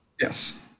yes